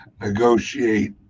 negotiate